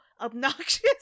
obnoxious